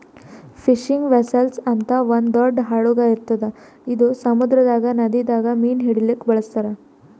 fishing vessel ಅಂತ್ ಒಂದ್ ದೊಡ್ಡ್ ಹಡಗ್ ಇರ್ತದ್ ಇದು ಸಮುದ್ರದಾಗ್ ನದಿದಾಗ್ ಮೀನ್ ಹಿಡಿಲಿಕ್ಕ್ ಬಳಸ್ತಾರ್